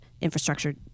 infrastructure